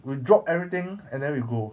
we'll drop everything and then we go